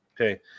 Okay